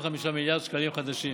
25 מיליארד שקלים חדשים.